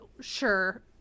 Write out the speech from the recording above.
sure